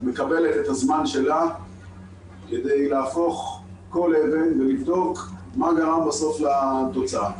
מקבלת את הזמן שלה כדי להפוך כל אבן ולבדוק מה גרם לתוצאה.